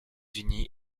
unis